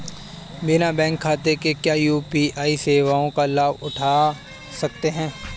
बिना बैंक खाते के क्या यू.पी.आई सेवाओं का लाभ उठा सकते हैं?